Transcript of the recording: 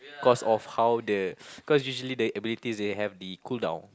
cause of how the cause usually the ability they have the cool down